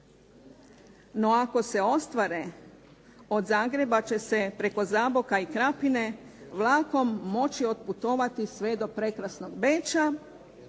No, ako se ostvare od Zagreba će se preko Zaboka i Krapine vlakom moći otputovati sve do prekrasnog Beča.